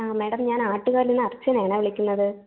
ആ മാഡം ഞാൻ ആറ്റുകാലിൽ നിന്ന് അർച്ചനയാണ് വിളിക്കുന്നത്